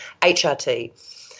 HRT